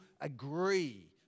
agree